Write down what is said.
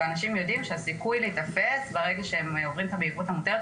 ואנשים יודעים שהסיכוי להיתפס ברגע שהם עוברים את המהירות המותרת,